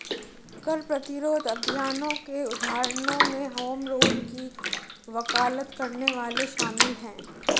कर प्रतिरोध अभियानों के उदाहरणों में होम रूल की वकालत करने वाले शामिल हैं